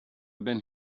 been